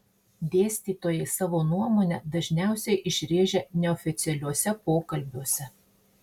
dėstytojai savo nuomonę dažniausiai išrėžia neoficialiuose pokalbiuose